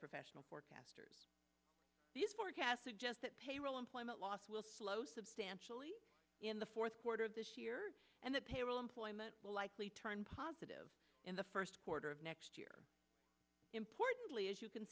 professional forecasters these forecasts suggest that payroll employment loss will slow substantially in the fourth quarter of this year and that payroll employment will likely turn positive in the first quarter of next year importantly as you can